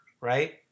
Right